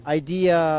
idea